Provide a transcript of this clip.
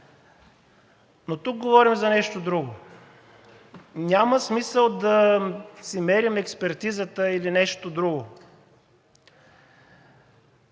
Но тук говорим за нещо друго. Няма смисъл да си мерим експертизата или нещо друго.